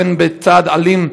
בצעד אלים,